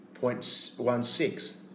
0.16